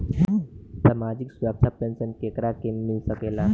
सामाजिक सुरक्षा पेंसन केकरा के मिल सकेला?